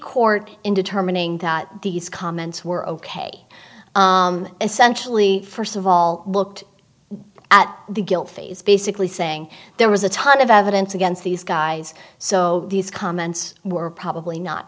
court in determining that these comments were ok essentially first of all looked at the guilt phase basically saying there was a ton of evidence against these guys so these comments were probably not